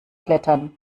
klettern